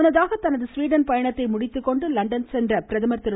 முன்னதாக தனது ஸ்வீடன் பயணத்தை முடித்துக்கொண்டு லண்டன் சென்ற பிரதமர் திரு